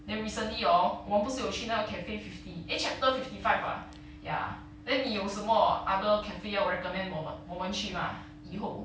then recently orh 我们不是有去那个 cafe fifty eh chapter fifty five ah ya then 你有什么 other cafe 要 recommend 我们我们去吗以后